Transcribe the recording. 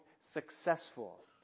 successful